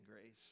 grace